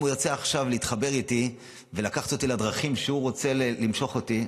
אם הוא ירצה עכשיו להתחבר איתי ולקחת אותי לדרכים שהוא רוצה למשוך אותי,